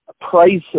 prices